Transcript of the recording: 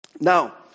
Now